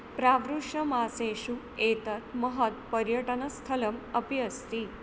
प्रावृषमासेषु एतत् महत् पर्यटनस्थलम् अपि अस्ति